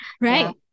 right